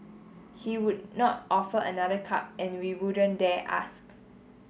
he would not offer another cup and we wouldn't dare ask